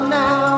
now